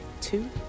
two